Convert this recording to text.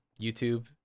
youtube